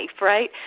right